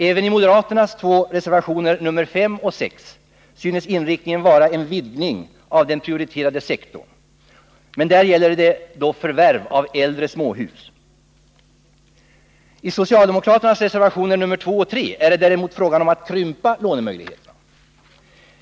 Även i moderaternas två reservationer, nr 5 och 6, synes inriktningen vara en utvidgning av den prioriterade sektorn, men där gäller det förvärv av äldre småhus. I socialdemokraternas reservationer nr 2 och 3 är det däremot fråga om att krympa lånemöjligheterna.